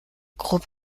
grob